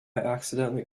accidentally